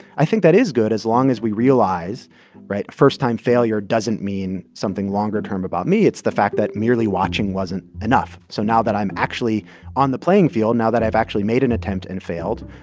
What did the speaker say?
i think that is good as long as we realize right? first-time failure doesn't mean something longer term about me. it's the fact that merely watching wasn't enough. so now that i'm actually on the playing field, now that i've actually made an attempt and failed,